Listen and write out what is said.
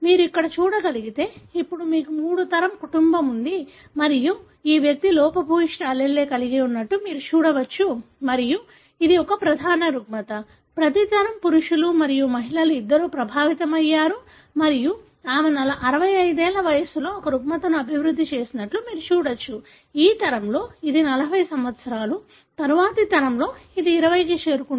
మీరు ఇక్కడ చూడగలిగితే ఇప్పుడు మీకు మూడు తరం కుటుంబం ఉంది మరియు ఈ వ్యక్తి లోపభూయిష్ట allele కలిగి ఉన్నట్లు మీరు చూడవచ్చు మరియు ఇది ఒక ప్రధాన రుగ్మత ప్రతి తరం పురుషులు మరియు మహిళలు ఇద్దరూ ప్రభావిత మయ్యారు మరియు ఆమె 65 ఏళ్ళ వయసులో ఒక రుగ్మతను అభివృద్ధి చేసినట్లు మీరు చూడవచ్చు ఈ తరంలో ఇది 40 సంవత్సరాలు తరువాతి తరంలో ఇది 20 కి చేరుకుంది